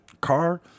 car